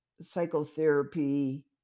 psychotherapy